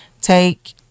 take